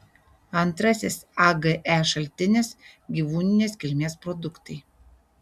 antrasis age šaltinis gyvūninės kilmės produktai